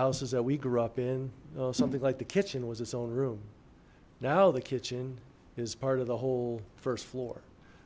houses that we grew up in something like the kitchen was its own room now the kitchen is part of the whole first floor